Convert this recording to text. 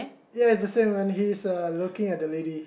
yes it's the same and he's uh looking at the lady